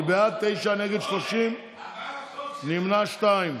בעד, תשעה, נגד, 30, שני נמנעים.